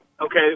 Okay